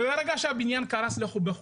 וברגע שקרס הבניין בחולון,